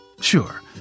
Sure